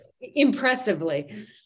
impressively